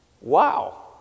Wow